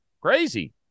crazy